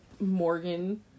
Morgan